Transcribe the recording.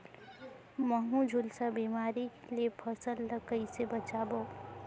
महू, झुलसा बिमारी ले फसल ल कइसे बचाबो?